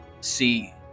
see